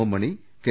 M Mani K